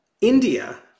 India